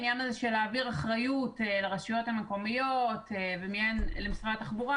העניין הזה של להעביר אחריות לרשויות המקומיות ומהן למשרד התחבורה,